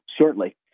shortly